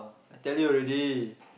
I tell you already